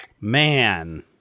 Man